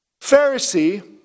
Pharisee